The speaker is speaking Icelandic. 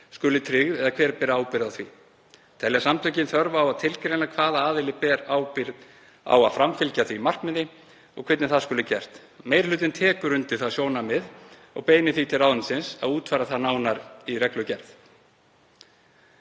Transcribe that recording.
skuli tryggð eða hver beri ábyrgð á því. Telja samtökin þörf á að tilgreina hvaða aðili beri ábyrgð á að framfylgja því markmiði og hvernig það skuli gert. Meiri hlutinn tekur undir það sjónarmið og beinir því til ráðuneytisins að útfæra það nánar í reglugerð.